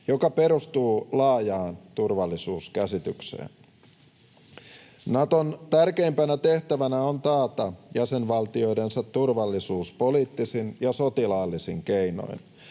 joka perustuu laajaan turvallisuuskäsitykseen. Naton tärkeimpänä tehtävänä on taata jäsenvaltioidensa turvallisuus poliittisin ja sotilaallisin keinoin.